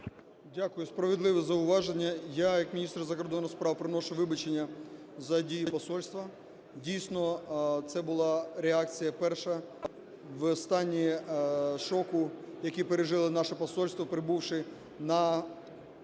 Дякую. Справедливе зауваження. Я як міністр закордонних справ приношу вибачення за дії посольства. Дійсно, це була реакція перша в стані шоку, яке пережило наше посольство, прибувши на цей…,